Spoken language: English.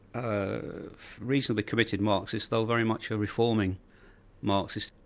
a reasonably committed marxist, though very much a reforming marxist.